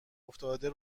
افتاده